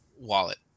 wallet